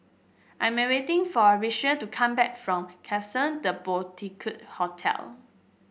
I am waiting for Ritchie to come back from Klapsons The Boutique Hotel